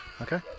Okay